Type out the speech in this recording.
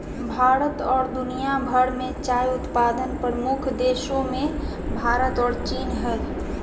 भारत और दुनिया भर में चाय उत्पादन प्रमुख देशों मेंभारत और चीन हइ